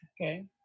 okay